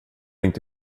inte